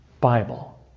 Bible